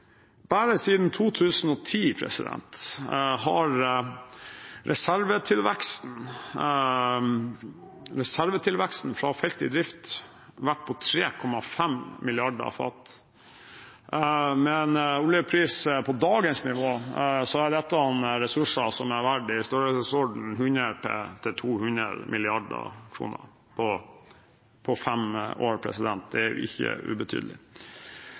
på 3,5 milliarder fat. Med en oljepris på dagens nivå er dette ressurser som er verdt i størrelsesordenen 100–200 mrd. kr på fem år. Det er ikke ubetydelig.